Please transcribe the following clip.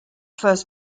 first